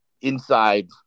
inside